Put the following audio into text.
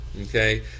Okay